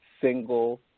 single